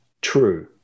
True